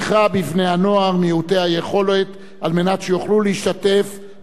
מעוטי היכולת כדי שיוכלו להשתתף בסיורים בפולין.